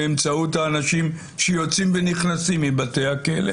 באמצעות האנשים שיוצאים ונכנסים מבתי הכלא